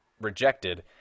rejected